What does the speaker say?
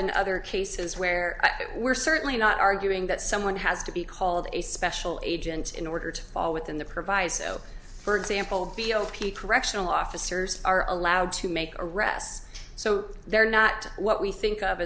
in other cases where we're certainly not arguing that someone has to be called a special agent in order to fall within the proviso for example v o p correctional officers are allowed to make arrests so they're not what we think of